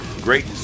great